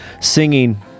singing